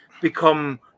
become